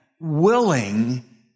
willing